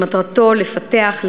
שמטרתו לפתח,